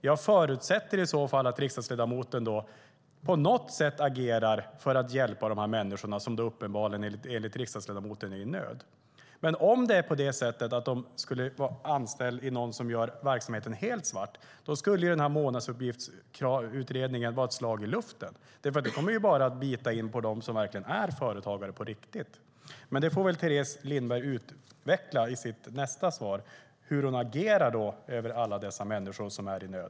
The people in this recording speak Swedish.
Jag förutsätter då att riksdagsledamoten agerar på något sätt för att hjälpa dessa människor som enligt henne är i nöd. Skulle de vara anställda i ett företag som har en helt svart verksamhet blir månadsrapporteringen endast ett slag i luften. Den kommer bara att bita på dem som är företagare på riktigt. Teres Lindberg får väl utveckla i sitt nästa inlägg hur hon agerar för att hjälpa alla dessa människor som är i nöd.